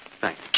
Thanks